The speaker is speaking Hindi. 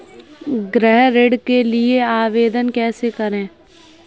गृह ऋण के लिए आवेदन कैसे करें?